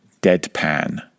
deadpan